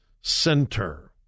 center